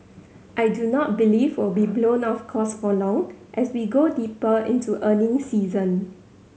I do not believe will be blown off course for long as we go deeper into earnings season